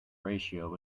ratio